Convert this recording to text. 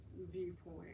viewpoint